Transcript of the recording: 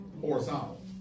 horizontal